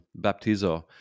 baptizo